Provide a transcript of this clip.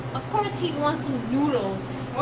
course he wants some noodles